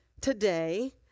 today